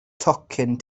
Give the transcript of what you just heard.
tocyn